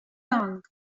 long